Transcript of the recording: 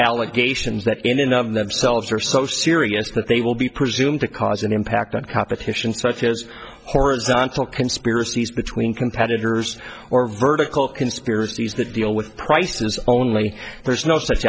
allegations that enough themselves are so serious that they will be presumed to cause an impact on competition such as horizontal conspiracies between competitors or vertical conspiracies that deal with prices only there's no such